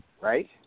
Right